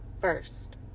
first